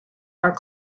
are